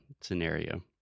scenario